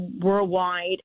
worldwide